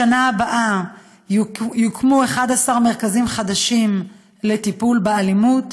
בשנה הבאה יוקמו 11 מרכזים חדשים לטיפול באלימות,